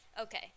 okay